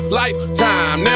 lifetime